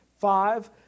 Five